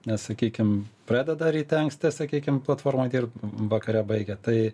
nes sakykim pradeda ryte anksti sakykim platformoj dirbt vakare baigia tai